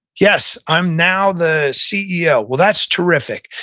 yes, i'm now the ceo. well, that's terrific.